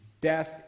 Death